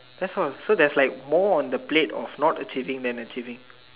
that's all so that's like more on the plate of not achieving than achieving